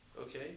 okay